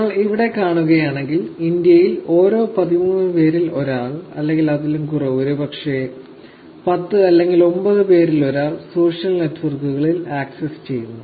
നിങ്ങൾ ഇവിടെ കാണുകയാണെങ്കിൽ ഇന്ത്യയിൽ ഓരോ 13 പേരിൽ ഒരാൾ അല്ലെങ്കിൽ അതിലും കുറവ് ഒരുപക്ഷേ 10 അല്ലെങ്കിൽ 9 പേരിൽ ഒരാൾ സോഷ്യൽ നെറ്റ്വർക്കുകൾ ആക്സസ് ചെയ്യുന്നു